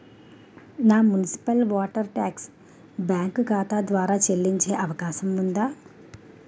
నా municipal water tax bank ఖాతా ద్వారా చెల్లించే అవకాశం ఉందా?